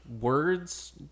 words